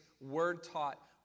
word-taught